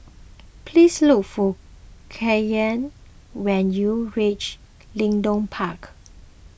please look for Kyra when you reach Leedon Park